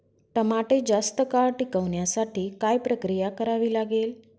टमाटे जास्त काळ टिकवण्यासाठी काय प्रक्रिया करावी लागेल?